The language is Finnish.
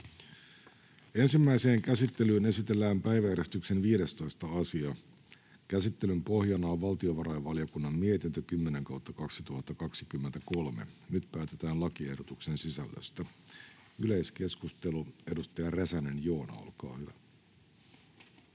Ensimmäiseen käsittelyyn esitellään päiväjärjestyksen 15. asia. Käsittelyn pohjana on valtiovarainvaliokunnan mietintö VaVM 10/2023 vp. Nyt päätetään lakiehdotuksen sisällöstä. — Yleiskeskustelu, edustaja Räsänen, Joona, olkaa hyvä.